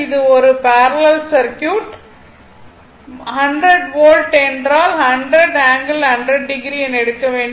இது ஒரு parallel circuit 100 volt என்றால் 100 ∠100o என எடுக்க வேண்டும்